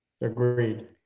Agreed